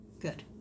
Good